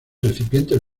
recipientes